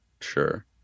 Sure